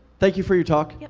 thank you for your talk. yeah.